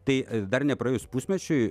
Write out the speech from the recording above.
tai dar nepraėjus pusmečiui